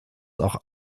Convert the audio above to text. auch